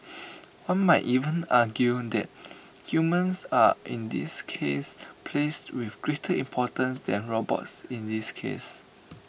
one might even argue that humans are in this case placed with greater importance than robots in this case